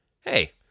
Hey